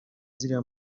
ziriya